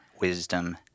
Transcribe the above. wisdom